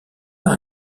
par